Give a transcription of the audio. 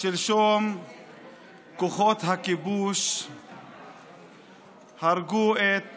שלשום כוחות הכיבוש הרגו את